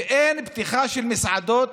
אין פתיחה של מסעדות